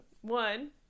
one